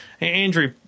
Andrew